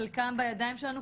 חלקם בידיים שלנו,